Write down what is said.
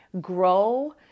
grow